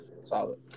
solid